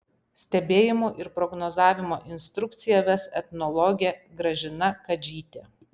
stebėjimų ir prognozavimo instrukciją ves etnologė gražina kadžytė